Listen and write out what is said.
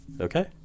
Okay